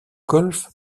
golf